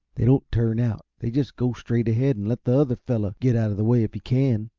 they won't turn out they just go straight ahead, and let the other fellow get out of the way if he can.